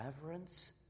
reverence